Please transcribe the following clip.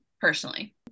personally